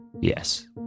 Yes